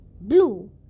blue